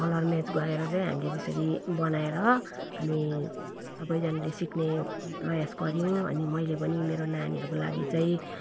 colour match गरेर चाहिँ हामीले त्यसरी बनाएर अनि सबैजनाले सिक्ने प्रयास गर्यौँ अनि मैले पनि मेरो नानीहरूको लागि चाहिँ